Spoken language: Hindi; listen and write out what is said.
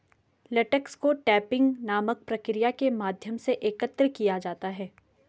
लेटेक्स को टैपिंग नामक प्रक्रिया के माध्यम से एकत्र किया जाता है